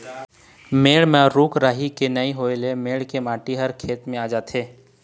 मेड़ म रूख राई के नइ होए ल मेड़ के माटी ह खेत म आ जाथे